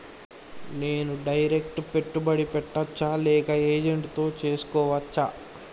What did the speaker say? నేను డైరెక్ట్ పెట్టుబడి పెట్టచ్చా లేక ఏజెంట్ తో చేస్కోవచ్చా?